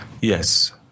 Yes